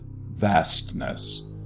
vastness